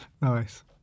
Nice